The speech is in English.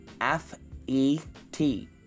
f-e-t